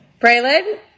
Braylon